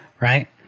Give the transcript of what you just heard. Right